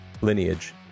lineage